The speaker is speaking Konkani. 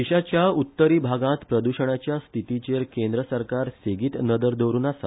देशाच्या उत्तरी भागांत प्रद्षणाच्या स्थीतीचेर केंद्र सरकार सेगीत नदर दवरुन आसा